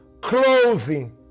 clothing